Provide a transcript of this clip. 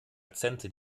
akzente